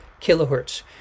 kilohertz